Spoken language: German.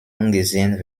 angesehen